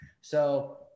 So-